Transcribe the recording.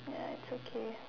ya it's okay